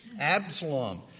Absalom